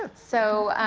so,